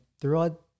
throughout